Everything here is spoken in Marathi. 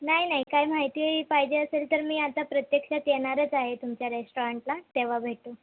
नाही नाही काही माहिती पाहिजे असेल तर मी आत्ता प्रत्यक्षात येणारच आहे तुमच्या रेस्टॉरंटला तेव्हा भेटू